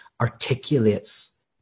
articulates